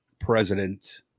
president